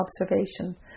observation